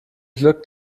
glück